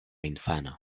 infano